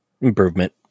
Improvement